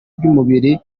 by’umubiri